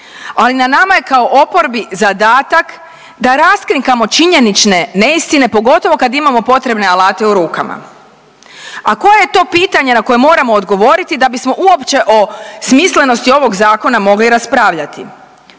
ali na nama je kao oporbi zadatak da raskrinkamo činjenične neistine pogotovo kad imamo potrebne alate u rukama. A koje je to pitanje na koje moramo odgovoriti da bismo uopće o smislenosti ovog zakona mogli raspravljati?